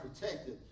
protected